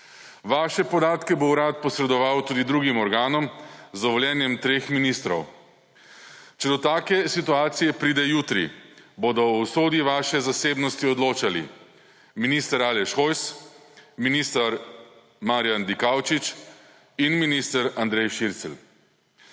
Vaše podatke bo Urad posredoval tudi drugim organom z dovoljenjem treh ministrov. Če do take situacije pride jutri, bodo o usodi vaše zasebnosti odločali minister Aleš Hojs, minister Marjan Dikaučič in minister Andrej Šircelj.